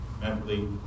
mentally